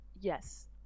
yes